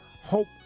hope